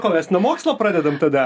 ko mes nuo mokslo pradedam tada